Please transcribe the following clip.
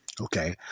Okay